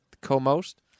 co-most